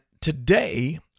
today